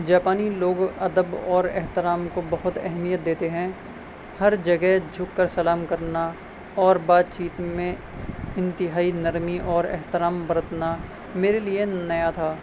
جاپانی لوگ ادب اور احترام کو بہت اہمیت دیتے ہیں ہر جگہ جھک کر سلام کرنا اور بات چیت میں انتہائی نرمی اور احترام برتنا میرے لیے نیا تھا